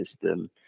system